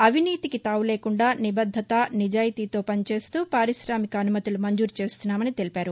అవినీతికి తావులేకుండా నిబద్దత నిజాయితీతో పనిచేస్తూ పారిశామిక అనుమతులు మంజూరు చేస్తున్నామని తెలిపారు